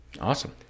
awesome